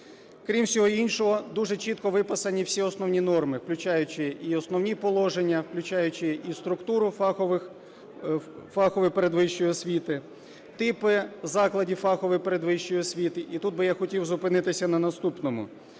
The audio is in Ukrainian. Крім всього іншого, дуже чітко виписані всі основні норми, включаючи і основні положення, включаючи і структуру фахової передвищої освіти, типи закладів фахової передфахової освіти. І тут би я хотів зупинитися на наступному.